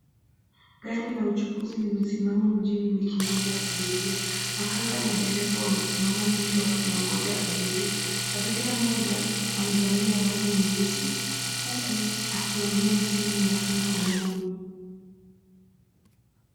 Gari la uchukuzi limesimama mjini likingoja abiria. Makanga na dereva wamesimama nje wakiwangoja abiria. Abiria mmoja amevalia vazi nyeusi, huku akiongea na simu yake mkononi.